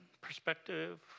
perspective